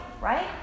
right